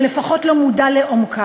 או לפחות אינו מודע לעומקה.